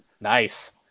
Nice